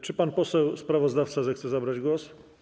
Czy pan poseł sprawozdawca zechce zabrać głos?